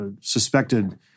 suspected